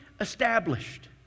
established